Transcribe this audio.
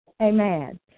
Amen